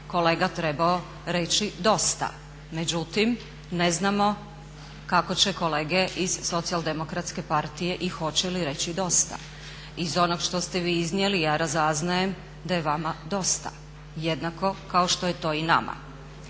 kolega trebao reći dosta. Međutim ne znamo kako će kolege iz SDP-a i hoće li reći dosta. Iz onoga što ste vi iznijeli ja razaznajem da je vama dosta, jednako kao što je to i nama.